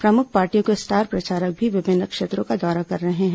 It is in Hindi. प्रमुख पार्टियों के स्टार प्रचारक भी विभिन्न क्षेत्रों का दौरा कर रहे हैं